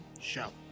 show